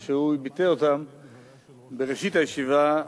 כפי שהוא ביטא אותם בראשית הישיבה,